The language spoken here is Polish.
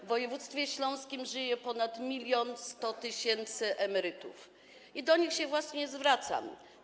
W województwie śląskim żyje ponad 1100 tys. emerytów i do nich się właśnie zwracam.